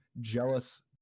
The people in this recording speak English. jealous